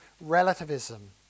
relativism